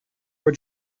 were